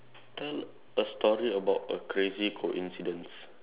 tell a story about a crazy coincidence